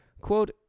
quote